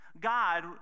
God